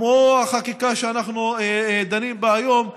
כמו החקיקה שאנחנו דנים בה היום,